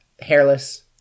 Hairless